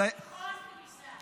שטיחון כניסה.